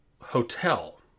hotel